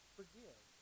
forgive